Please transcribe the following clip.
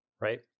right